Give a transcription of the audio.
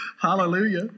Hallelujah